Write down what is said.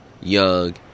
young